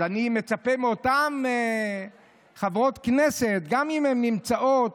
אז אני מצפה מאותן חברות כנסת, גם אם הן נמצאות